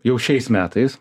jau šiais metais